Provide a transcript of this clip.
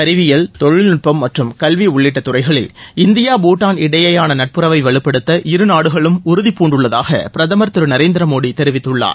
அறிவியல் தொழில்நுட்பம் மற்றும் கல்வி உள்ளிட்ட துறைகளில் இந்தியா பூடான் இடையேயான நட்புறவை வலுப்படுத்த இருநாடுகளும் உறுதிபூண்டுள்ளதாக பிரதமர் திரு நரேந்திர மோடி தெரிவித்துள்ளார்